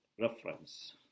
reference